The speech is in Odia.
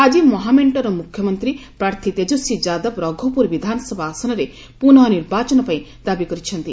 ଆଜି ମହାମେଣ୍ଟର ମୁଖ୍ୟମନ୍ତ୍ରୀ ପ୍ରାର୍ଥୀ ତେଜସ୍ୱୀ ଯାଦବ ରଘୋପୁର ବିଧାନସଭା ଆସନରେ ପୁନଃ ନିର୍ବାଚନ ପାଇଁ ଦାବି କରିଛନ୍ତି